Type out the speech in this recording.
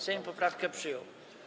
Sejm poprawkę przyjął.